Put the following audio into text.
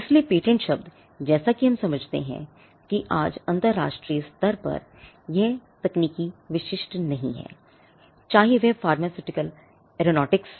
इसलिए पेटेंट शब्द जैसा कि हम समझते हैं कि आज अंतरराष्ट्रीय स्तर पर यह तकनीक विशिष्ट नहीं है चाहे वह फार्मास्यूटिकल्स एरोनॉटिक्स